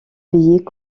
billet